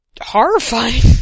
horrifying